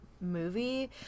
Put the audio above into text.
movie